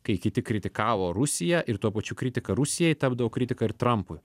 kai kiti kritikavo rusiją ir tuo pačiu kritika rusijai tapdavo kritika ir trampui